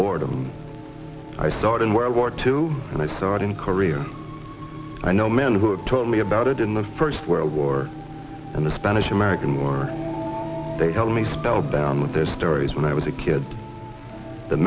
boredom i saw it in world war two and i saw it in career i know men who told me about it in the first world war and the spanish american war they tell me spellbound with their stories when i was a kid the